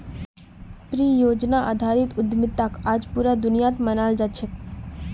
परियोजनार आधारित उद्यमिताक आज पूरा दुनियात मानाल जा छेक